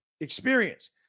experience